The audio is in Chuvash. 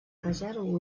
каҫару